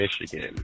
michigan